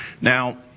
Now